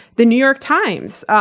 the new york times,